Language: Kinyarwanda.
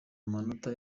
amanota